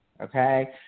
okay